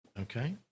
Okay